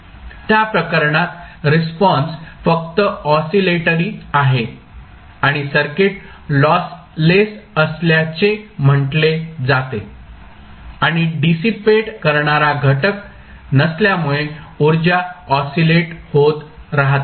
त्या प्रकरणात रिस्पॉन्स फक्त ऑसीलेटरी आहे आणि सर्किट लॉसलेस असल्याचे म्हटले जाते आणि डीसीपेट करणारा घटक नसल्यामुळे उर्जा ऑसीलेट होत राहते